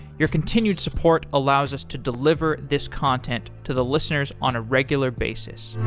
your continued support allows us to deliver this content to the listeners on a regular basis